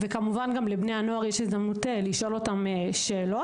וכך לבני הנוער יש כמובן הזדמנות לשאול אותם שאלות.